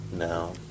No